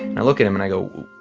and i look at him, and i go,